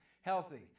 healthy